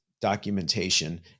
documentation